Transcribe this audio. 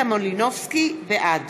בעד